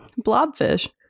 Blobfish